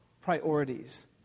priorities